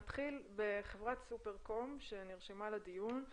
נתחיל בחברת סופרקום שנרשמה לדיון.